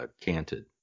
canted